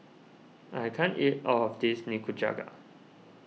I can't eat all of this Nikujaga